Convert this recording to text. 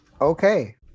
okay